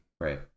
Right